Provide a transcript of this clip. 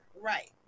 Right